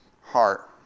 heart